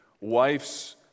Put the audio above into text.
wife's